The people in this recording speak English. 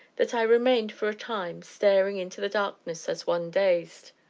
that i remained, for a time, staring into the darkness as one dazed.